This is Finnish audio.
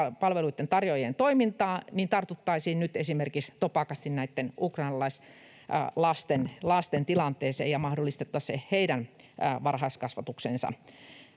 tarjoajien toimintaa, niin esimerkiksi tartuttaisiin nyt topakasti näitten ukrainalaislasten tilanteeseen ja mahdollistettaisiin se heidän varhaiskasvatuksensa.